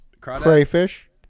Crayfish